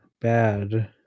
Bad